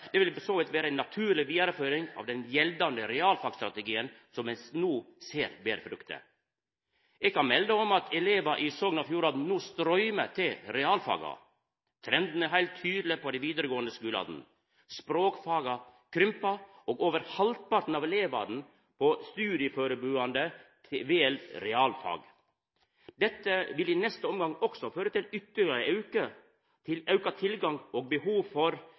ei naturleg vidareføring av den gjeldande realfagstrategien som me no ser ber frukter. Eg kan melda om at elevane i Sogn og Fjordane no strøymer til realfaga. Trenden er heilt tydeleg på dei vidaregåande skulane: Språkfaga krympar, og over halvparten av elevane på studieførebuande vel realfag. Dette vil i neste omgang også føra til ytterlegare auka tilgang og behov for